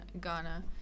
Ghana